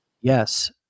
yes